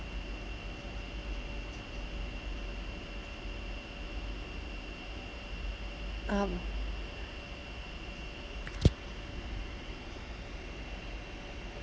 um